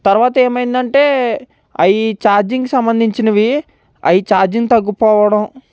తరువాత ఏమైందంటే అయి ఛార్జింగ్ సంబంధించినవి అయి ఛార్జింగ్ తగ్గిపోవడం